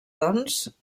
doncs